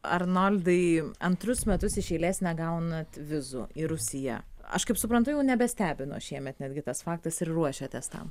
arnoldai antrus metus iš eilės negaunat vizų į rusiją aš kaip suprantu jau nebestebino šiemet netgi tas faktas ir ruošėtės tam